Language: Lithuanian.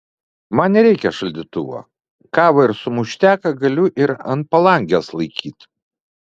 man nereikia šaldytuvo kavą ir sumušteką galiu ir ant palangės laikyt